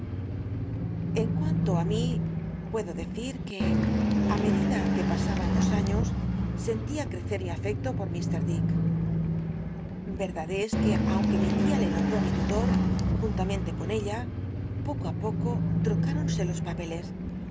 en cuanto á mí puedo decir ue á medida que pasaban los años sentia crecer mi afecto por mr biblioteca nacional de españa david coppeh fielu nucst'ra posiciones tan lumlldc l dick ycdad es que aunque mi lia le nombró mi lutor juntamente con ella poco i poco lrooironse los papeles